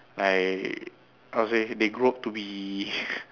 like how to say they grow up to be